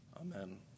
Amen